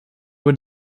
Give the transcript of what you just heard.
were